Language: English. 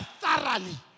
thoroughly